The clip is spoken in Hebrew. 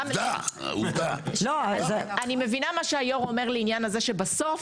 אני מבינה מה שהיושב ראש אומר לעניין הזה שבסוף